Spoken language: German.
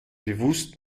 bewusst